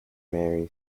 mary